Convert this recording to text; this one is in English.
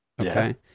Okay